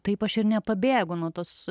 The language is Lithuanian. taip aš ir nepabėgu nuo tos